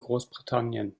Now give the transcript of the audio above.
großbritannien